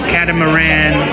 Catamaran